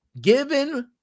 given